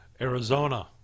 Arizona